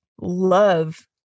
love